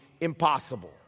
impossible